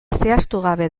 zehaztugabe